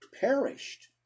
perished